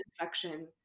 infection